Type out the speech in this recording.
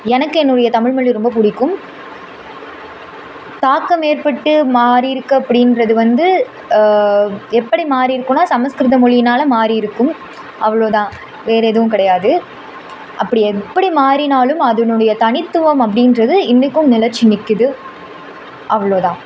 எனக்கு என்னுடைய தமிழ்மொழி ரொம்ப பிடிக்கும் தாக்கம் ஏற்பட்டு மாறியிருக்கு அப்படின்றது வந்து எப்படி மாறியிருக்குன்னா சமஸ்கிருதம் மொழியினால் மாறியிருக்கும் அவ்வளோதான் வேறு எதுவும் கிடையாது அப்படி எப்படி மாறினாலும் அதனுடைய தனித்துவம் அப்படின்றது இன்றைக்கும் நிலைச்சி நிற்கிது அவ்வளோ தான்